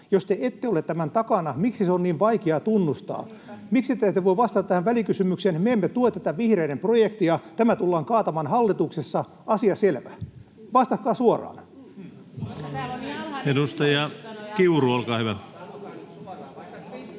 Jos te ette ole tämän takana, miksi se on niin vaikea tunnustaa? Miksi te ette voi vastata tähän välikysymykseen: ”Me emme tue tätä vihreiden projektia. Tämä tullaan kaatamaan hallituksessa, asia selvä.” Vastatkaa suoraan. [Leena Meri: Koska